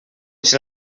ser